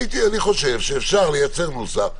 אני חושב שאפשר לייצר נוסח,